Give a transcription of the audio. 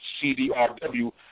CD-RW